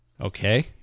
Okay